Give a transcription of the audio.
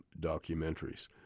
documentaries